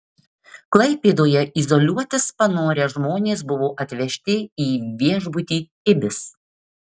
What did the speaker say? klaipėdoje izoliuotis panorę žmonės buvo atvežti į viešbutį ibis